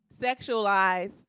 sexualized